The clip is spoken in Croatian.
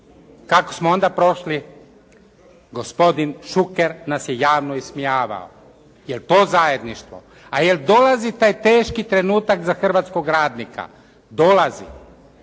Kako smo onda prošli? Gospodin Šuker nas je javno ismijavao. Jel' to zajedništvo? A jel dolazi taj teški trenutak za hrvatskog radnika, dolazi.